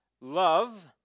love